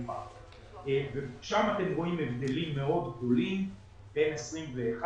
שם אתם רואים הבדלים מאוד גדולים בין 2021,